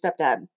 stepdad